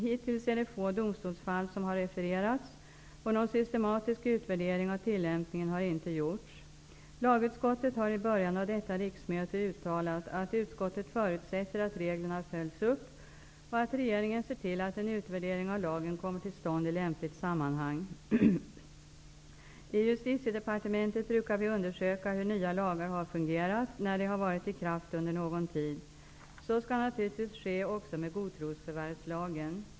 Hittills är det få domstolsfall som har refererats, och någon systematisk utvärdering av tillämpningen har inte gjorts. Lagutskottet har i början av detta riksmöte uttalat att utskottet förutsätter att reglerna följs upp och att regeringen ser till att en utvärdering av lagen kommer till stånd i lämpligt sammanhang. I Justitiedepartementet brukar vi undersöka hur nya lagar har fungerat när de har varit i kraft under någon tid. Så skall naturligtvis ske också med godtrosförvärvslagen.